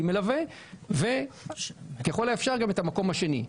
מלווה וככל האפשר גם את המקום השני.